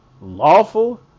lawful